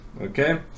okay